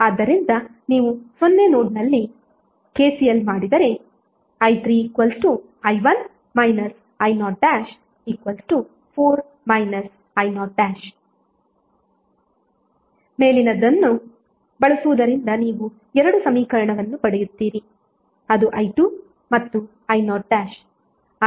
ಆದ್ದರಿಂದ ನೀವು 0 ನೋಡ್ನಲ್ಲಿ KCL ಮಾಡಿದರೆ i3i1 i04 i0 ಮೇಲಿನದನ್ನು ಬಳಸುವುದರಿಂದ ನೀವು 2 ಸಮೀಕರಣವನ್ನು ಪಡೆಯುತ್ತೀರಿ ಅದು i2 ಮತ್ತು i0